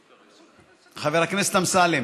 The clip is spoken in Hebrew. חבר הכנסת אמסלם